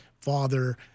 father